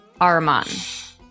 Arman